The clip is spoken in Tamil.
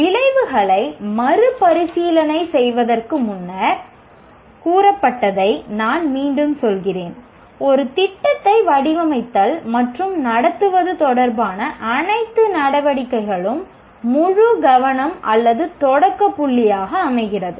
விளைவுகளை மறுபரிசீலனை செய்வதற்கு முன்னர் கூறப்பட்டதை நான் மீண்டும் சொல்கிறேன் ஒரு திட்டத்தை வடிவமைத்தல் மற்றும் நடத்துவது தொடர்பான அனைத்து நடவடிக்கைகளுக்கும் முழு கவனம் அல்லது தொடக்க புள்ளியாக அமைகிறது